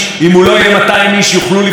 שבניגוד למה שהשרה רצתה,